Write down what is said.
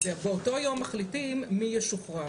באותו יום מחליטים מי ישוחרר.